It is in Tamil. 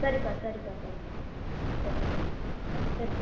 சரிப்பா சரிப்பா சரிப்பா சரி சரிப்பா